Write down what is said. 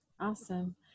Awesome